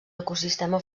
ecosistema